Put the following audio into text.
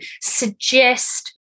suggest